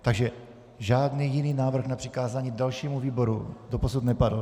Takže žádný jiný návrh na přikázání dalšímu výboru doposud nepadl.